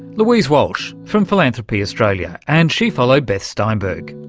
louise walsh from philanthropy australia and she followed beth steinberg.